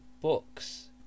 books